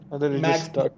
Max